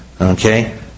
Okay